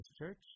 Church